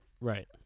Right